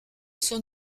son